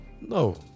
No